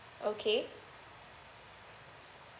okay